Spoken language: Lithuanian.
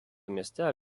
mieste